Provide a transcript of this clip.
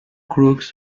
croix